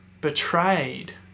betrayed